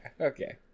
okay